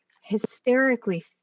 hysterically